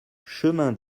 chemin